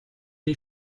die